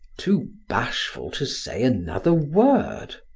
too bashful to say another word.